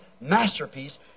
masterpiece